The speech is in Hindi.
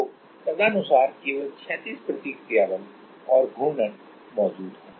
तो तदनुसार केवल क्षैतिज प्रतिक्रिया बल और घूर्णन मौजूद होंगे